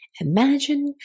imagine